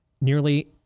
nearly